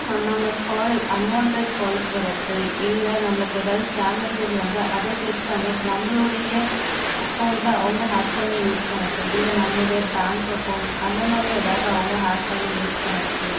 நம்ம call unwanted calls வரது இல்லை நம்மளுக்கு ஏதாவது ஸ்கேம் மெசேஜ் வந்து அதை கிளிக் பண்ணி நம்மளோடைய அக்கௌன்ட்ட அவங்க ஹேக் பண்ணி யூஸ் பண்ணிணது இல்லை நம்மளோடைய பேங்க் அக்கௌன்ஸ் அந்தமாதிரி ஏதாவது அவங்க ஹேக் பண்ணி யூஸ் பண்ணிணது